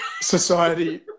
Society